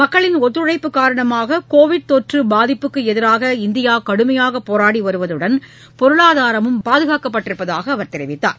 மக்களின் ஒத்துழைப்பு காரணமாக கோவிட் தொற்று பாதிப்புக்கு எதிராக இந்தியா கடுமையாக போராடி வருவதுடன் பொருளாதாரமும் பாதுகாக்கப்பட்டிருப்பதாக அவர் தெரிவித்தார்